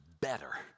better